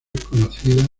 conocida